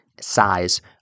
size